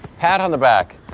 pat on the back.